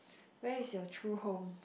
where is your true home